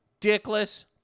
dickless